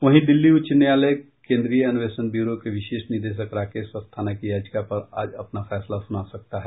वहीं दिल्ली उच्च न्यायालय केन्द्रीय अन्वेषण ब्यूरो के विशेष निदेशक राकेश अस्थाना की याचिका पर आज अपना फैसला सुना सकता है